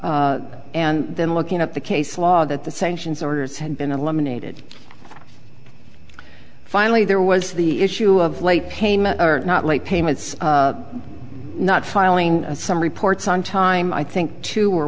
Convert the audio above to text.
it and then looking at the case law that the sanctions orders had been eliminated finally there was the issue of late payment or not late payments not filing some reports on time i think two